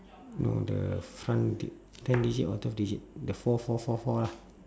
no the front dig~ ten digit or twelve digit the four four four four lah